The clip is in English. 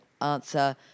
answer